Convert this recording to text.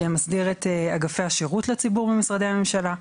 ומסדיר את אגפי השירות לציבור במשרדי הממשלה.